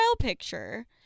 picture